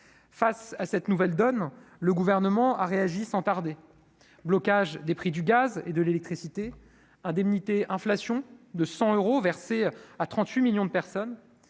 face à cette nouvelle donne, le gouvernement a réagi sans tarder, blocage des prix du gaz et de l'électricité indemnité inflation de 100 euros versés à 38 millions de personnes